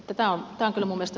arvoisa herra puhemies